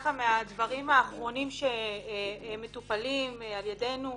מהדברים האחרונים שמטופלים על-ידינו: